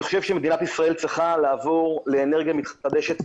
אני חושב שמדינת ישראל הייתה מזמן צריכה לעבור לאנרגיה מתחדשת,